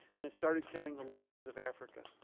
and it started killing the lions of africa.